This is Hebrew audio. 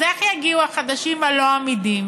אז איך יגיעו החדשים הלא-אמידים?